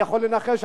אני יכול לנחש,